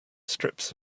strips